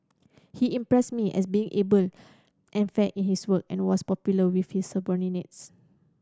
he impressed me as being able and fair in his work and was popular with his subordinates